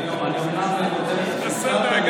אני אומנם מודה לך על שאפשרת לי,